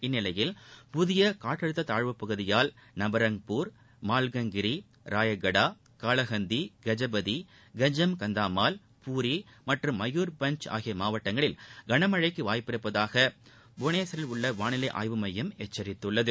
இந்நிலையில் புதிய காற்றழுத்த தாழ்வப்பகுதியால் நபரங்பூர் மால்கங்கிரி ராயகடா காலஹந்தி கஜபதி கஞ்சம் கந்தமால பூரி மற்றும் மயூர்பஞ்ஜ் ஆகிய மாவட்டங்களில் கனமழழக்கு வாய்ப்பிருப்பதாக புவனேஷ்வரில் உள்ள வானிலை ஆய்வு மையம் எச்சரித்துள்ளது